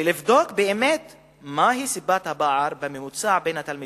ולבדוק מהי סיבת הפער האמיתית